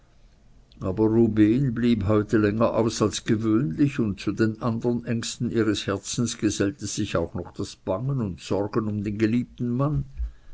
aber ruben blieb heute länger aus als gewöhnlich und zu den anderen ängsten ihres herzens gesellte sich auch noch das bangen und sorgen um den geliebten mann